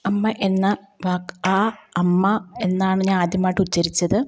അമ്മ എന്ന വാക്ക് അ അമ്മ എന്നാണ് ഞാന് ആദ്യമായിട്ട് ഉച്ഛരിച്ചത്